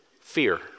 fear